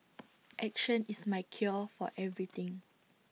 action is my cure for everything